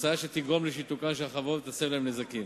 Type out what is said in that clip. תוצאה שתגרום לשיתוקן של חברות ותסב להן נזקים.